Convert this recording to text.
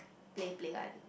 play play [one]